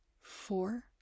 four